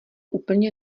úplně